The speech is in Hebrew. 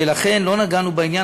ולכן לא נגענו בעניין,